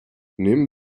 neben